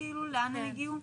לאן הם הגיעו?